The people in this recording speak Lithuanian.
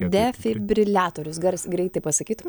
defibriliatorius gars greitai pasakytum